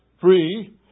free